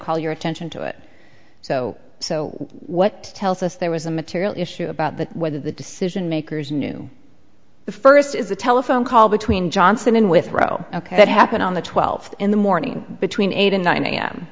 call your attention to it so so what tells us there was a material issue about the whether the decision makers knew the first is a telephone call between johnson in with roe ok it happened on the twelfth in the morning between eight and nine a